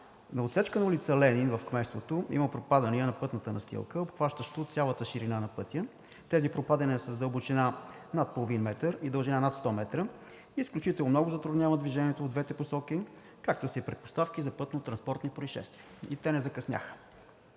На отсечка на ул. „Ленин“ в кметството има пропадания на пътната настилка, обхващащи цялата ширина на пътя. Тези пропадания са с дълбочина над 0,5 м и дължина над 100 м и изключително много затрудняват движението в двете посоки, както са и предпоставка за пътнотранспортни произшествия – и те не закъсняха.